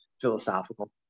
philosophical